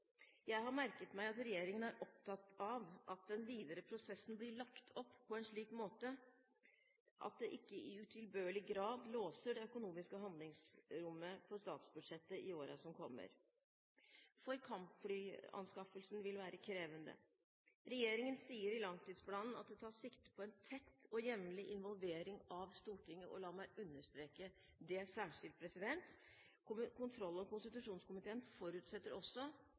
Jeg har merket meg at regjeringen er opptatt av at den videre prosessen blir lagt opp på en slik måte at den ikke i utilbørlig grad låser det økonomiske handlingsrommet i statsbudsjettet i årene som kommer. For kampflyanskaffelsen vil være krevende. Regjeringen sier i langtidsplanen at den tar sikte på en tett og jevnlig involvering av Stortinget, og la meg understreke særskilt: Kontroll- og konstitusjonskomiteen forutsetter også